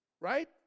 right